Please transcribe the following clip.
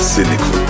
Cynical